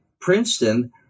princeton